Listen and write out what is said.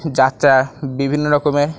যাত্রা বিভিন্ন রকমের